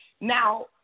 Now